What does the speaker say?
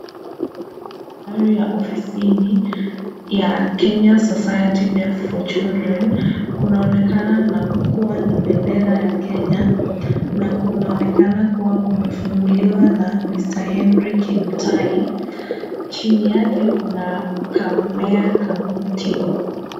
Haya ni mandhari ya ofisini ya Kenya Society Deaf Children. Kunaonekana kuwa na bendera ya Kenya, na kunaonekana kuwa kumefunguliwa na Mr Henry Kimtai. Chini yake kuna kammea ka mti.